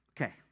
Okay